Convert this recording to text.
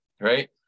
right